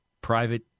private